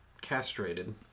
castrated